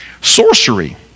Sorcery